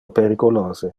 periculose